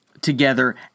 together